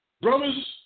brothers